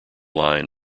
line